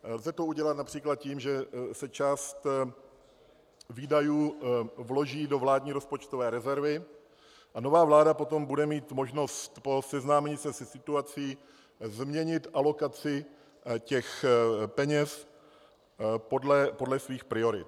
Lze to udělat například tím, že se část výdajů vloží do vládní rozpočtové rezervy a nová vláda potom bude mít možnost po seznámení se se situací změnit alokaci peněz podle svých priorit.